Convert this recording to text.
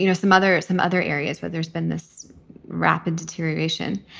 you know some other some other areas where there's been this rapid deterioration.